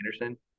Anderson